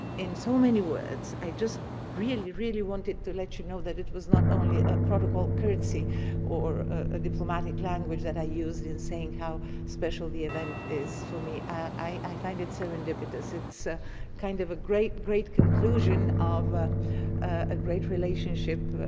in so many words, i just really, really wanted to let you know that it was not only protocol courtesy or a diplomatic language that i use in saying how special the event is. for me, i find it serendipitous, it's ah kind of a great, great conclusion of ah a great relationship,